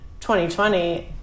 2020